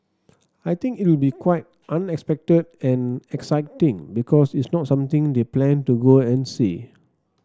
I think it will be quite unexpected and exciting because it's not something they plan to go and see